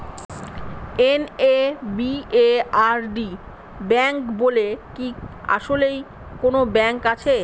NABARD bank বলে কি আসলেই কোনো ব্যাংক আছে?